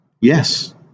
Yes